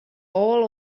all